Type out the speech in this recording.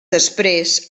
després